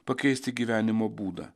pakeisti gyvenimo būdą